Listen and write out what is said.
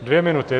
Dvě minuty.